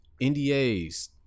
NDAs